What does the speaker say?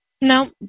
No